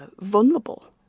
vulnerable